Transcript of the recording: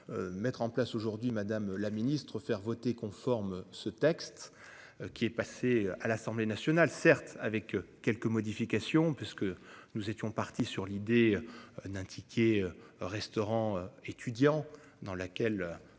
Mettre en place aujourd'hui Madame la Ministre faire voter conforme ce texte. Qui est passé à l'Assemblée nationale, certes avec quelques modifications parce que nous étions partis sur l'idée. D'un ticket restaurant étudiant dans laquelle.